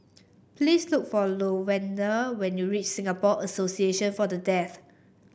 please look for Lavonda when you reach Singapore Association for the Death